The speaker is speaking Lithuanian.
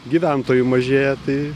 gyventojų mažėja tai